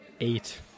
eight